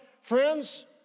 Friends